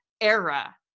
era